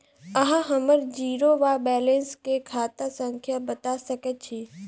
अहाँ हम्मर जीरो वा बैलेंस केँ खाता संख्या बता सकैत छी?